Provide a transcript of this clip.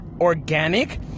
organic